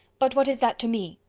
but what is that to me?